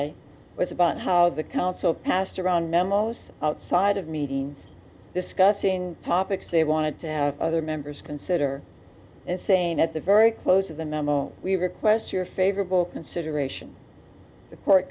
i was about how the council passed around memos outside of meetings discussing topics they wanted to have other members consider saying at the very close of the memo we request your favorable consideration the court